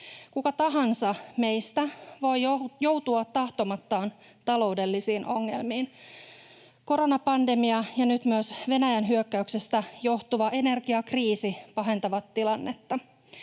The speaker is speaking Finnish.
Kuka tahansa meistä voi joutua tahtomattaan taloudellisiin ongelmiin. Koronapandemia ja nyt myös Venäjän hyökkäyksestä johtuva energiakriisi pahentavat tilannetta.